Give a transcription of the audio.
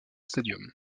stadium